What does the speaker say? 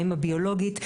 האם הביולוגית,